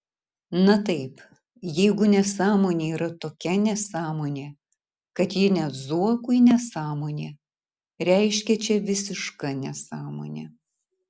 na taip jeigu nesąmonė yra tokia nesąmonė kad ji net zuokui nesąmonė reiškia čia visiška nesąmonė